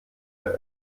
der